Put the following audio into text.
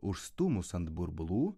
užstūmus ant burbulų